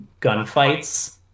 gunfights